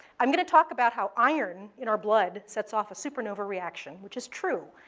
i'm going to talk about how iron in our blood sets off a supernova reaction, which is true.